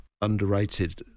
underrated